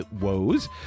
woes